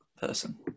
person